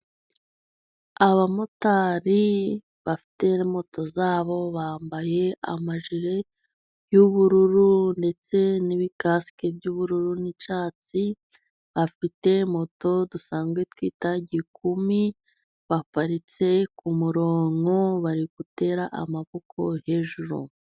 Abamotari bafite moto zabo bambaye amajire y'ubururu ndetse n'ibikasike by'ubururu n'icyatsi, bafite moto dusanzwe twita gikumi, baparitse ku murongo bari gutera amaboko hejuru.